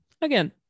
Again